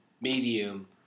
medium